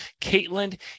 Caitlin